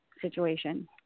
situation